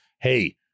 Hey